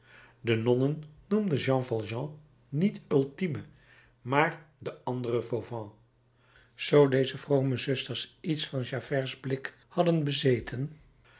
de nonnen noemden jean valjean niet ultime maar den anderen fauvent zoo deze vrome zusters iets van javerts blik hadden bezeten